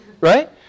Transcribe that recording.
Right